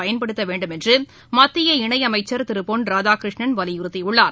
பயன்படுத்தவேண்டும் என்றுமத்திய இணைஅமைச்சர் திருபொன் ராதாகிருஷ்ணன் வலியுறுத்தியுள்ளார்